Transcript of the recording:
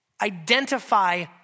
identify